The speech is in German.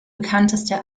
bekannteste